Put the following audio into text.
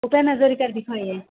ভূপেন হাজৰিকাৰ বিষয়ে